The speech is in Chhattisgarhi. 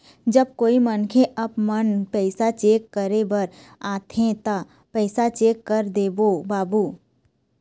जब कोई मनखे आपमन पैसा चेक करे बर आथे ता पैसा चेक कर देबो बाबू?